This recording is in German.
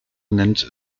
nennt